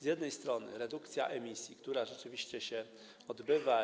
Z jednej strony jest redukcja emisji, która rzeczywiście się odbywa.